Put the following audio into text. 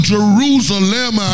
Jerusalem